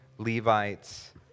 Levites